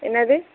என்னது